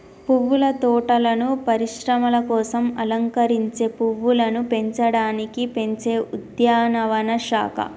పువ్వుల తోటలను పరిశ్రమల కోసం అలంకరించే పువ్వులను పెంచడానికి పెంచే ఉద్యానవన శాఖ